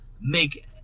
make